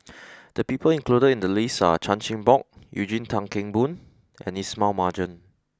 the people included in the list are Chan Chin Bock Eugene Tan Kheng Boon and Ismail Marjan